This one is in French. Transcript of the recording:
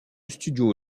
studio